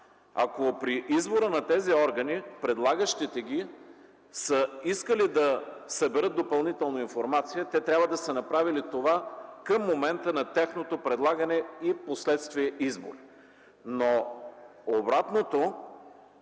Ако при избора на тези органи, предлагащите са искали да съберат допълнителна информация, те трябва да са направили това към момента на тяхното предлагане и впоследствие – избор. Обратното